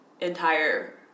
entire